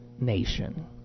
nation